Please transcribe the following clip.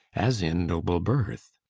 as in noble birth.